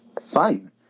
fun